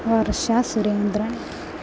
Varsha Surendran